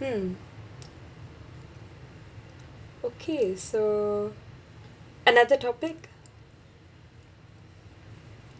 mm okay so another topic